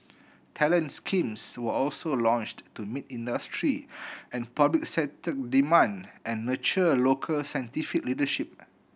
talent schemes were also launched to meet industry and public sector demand and nurture local scientific leadership